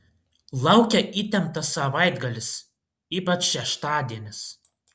laukia įtemptas savaitgalis ypač šeštadienis